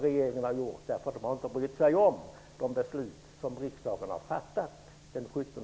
Regeringen har här svikit genom att inte bry sig om det beslut som riksdagen fattade den 17